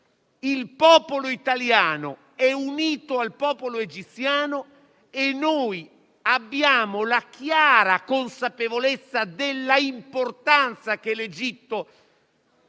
Il popolo italiano è unito al popolo egiziano e noi abbiamo la chiara consapevolezza dell'importanza che l'Egitto ha